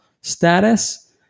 status